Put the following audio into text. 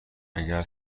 اگر